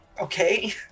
okay